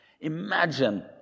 Imagine